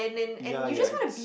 ya ya it's